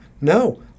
No